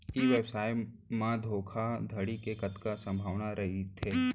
ई व्यवसाय म धोका धड़ी के कतका संभावना रहिथे?